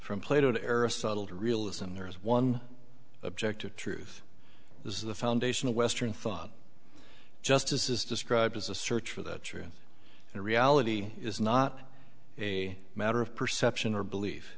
from plato to aristotle to realism there is one objective truth this is the foundation of western thought justice is described as a search for the truth and reality is not a matter of perception or belie